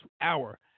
hour